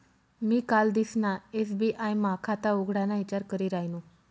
मी कालदिसना एस.बी.आय मा खाता उघडाना ईचार करी रायनू